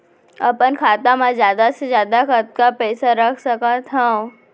अपन खाता मा जादा से जादा कतका पइसा रख सकत हव?